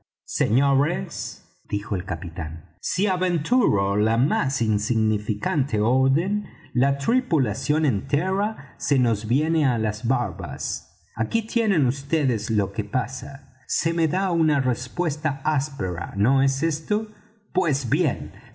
señores dijo el capitán si aventuro la más insignificante orden la tripulación entera se nos viene á las barbas aquí tienen vds lo que pasa se me da una respuesta áspera no es esto pues bien